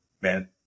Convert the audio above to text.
man